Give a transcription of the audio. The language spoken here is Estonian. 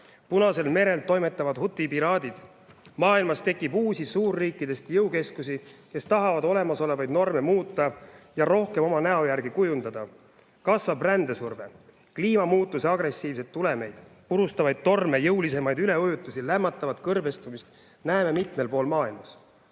Punasel merel toimetavad huthi piraadid. Maailmas tekib uusi suurriikidest jõukeskusi, kes tahavad olemasolevaid norme muuta ja rohkem oma näo järgi kujundada. Kasvab rändesurve. Kliimamuutuse agressiivseid tulemeid – purustavamaid torme, jõulisemaid üleujutusi, lämmatavat kõrbestumist – näeme mitmel pool maailmas.